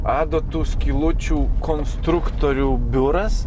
adatų skylučių konstruktorių biuras